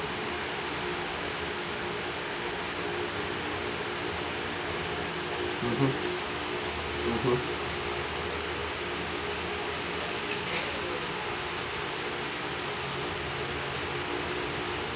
mmhmm mmhmm